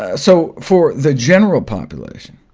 ah so, for the general population,